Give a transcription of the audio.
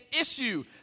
issue